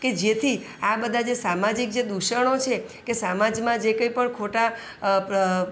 કે જેથી આ બધા જે સામાજિક જે દૂષણો છે કે સામાજમાં જે કંઈ પણ ખોટા